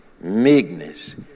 meekness